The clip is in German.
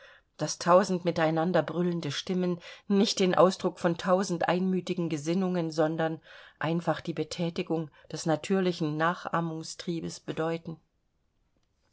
daß tausend miteinander brüllende stimmen nicht den ausdruck von tausend einmütigen gesinnungen sondern einfach die bethätigung des natürlichen nachahmungstriebes bedeuten